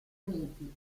uniti